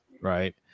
right